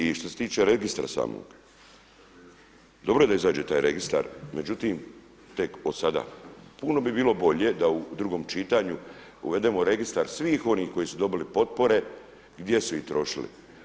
I što se tiče registra samo, dobro je da izađe taj registar međutim tek od sada puno bi bilo bolje da u drugom čitanju uvedemo registar svih onih koji su dobili potpore, gdje su ih trošili.